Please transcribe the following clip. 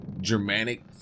Germanic